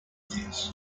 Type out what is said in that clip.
this